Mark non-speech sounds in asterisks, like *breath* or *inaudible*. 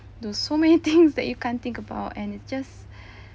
do so many things *laughs* that you can't think about and it's just *breath*